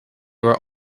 were